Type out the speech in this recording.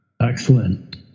Excellent